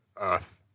Earth